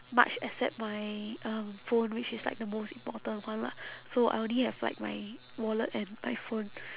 much except my um phone which is like the most important one lah so I only have like my wallet and my phone